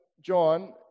John